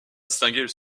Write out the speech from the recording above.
distinguer